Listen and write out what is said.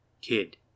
Kid